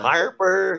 Harper